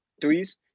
threes